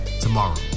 tomorrow